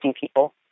people